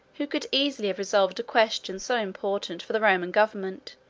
who could easily have resolved a question so important for the roman government,